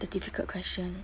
the difficult question